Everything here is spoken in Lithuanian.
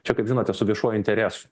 čia kaip žinote su viešuoju interesu